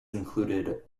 included